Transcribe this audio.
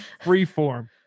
freeform